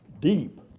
deep